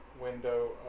window